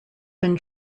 been